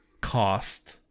cost